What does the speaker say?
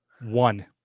One